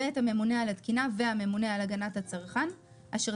ואת הממונה על התקינה והממונה על הגנת הצרכן אשר